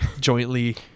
jointly